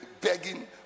begging